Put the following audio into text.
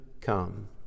come